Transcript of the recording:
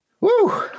Woo